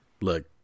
look